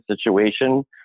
situation